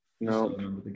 No